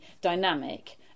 dynamic